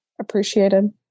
appreciated